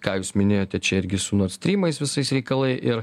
ką jūs minėjote čia irgi su nord strymais visais reikalai ir